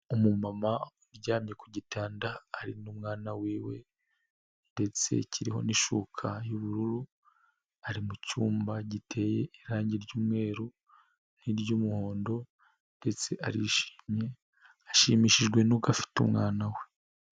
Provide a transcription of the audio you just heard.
Umumama uryamye ku gitanda ari n'umwana wiwe ndetse kiriho n'ishuka y'ubururu, ari mu cyumba giteye irangi ry'umweru n'iry'umuhondo ndetse arishimye, ashimishijwe nuko afite umwana we.